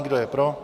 Kdo je pro?